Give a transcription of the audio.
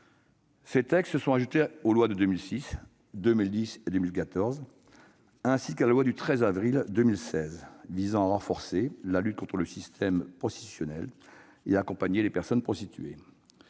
Ces textes se sont ajoutés aux lois de 2006, 2010 et 2014, ainsi qu'à la loi du 13 avril 2016 visant à renforcer la lutte contre le système prostitutionnel et à accompagner les personnes prostituées.